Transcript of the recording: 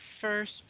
first